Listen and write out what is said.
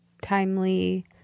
timely